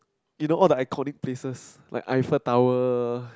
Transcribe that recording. you know all the iconic places like Eiffel-Tower